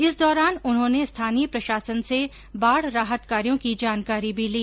इस दौरान उन्होने स्थानीय प्रशासन से बाढ़ राहत कार्यो की जानकारी भी ली